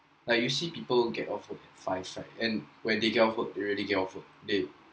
like you see people get off of that flight site and when they got off work they really get off work they